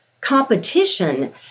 competition